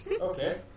Okay